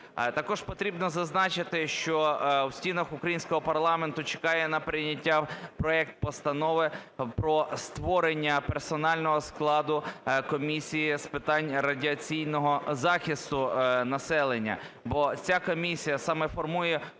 Також потрібно зазначити, що в стінах українського парламенту чекає на прийняття проект Постанови про створення персонального складу комісії з питань радіаційного захисту населення. Бо ця комісія саме формує